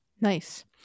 Nice